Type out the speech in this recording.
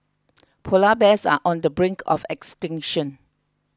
Polar Bears are on the brink of extinction